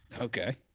okay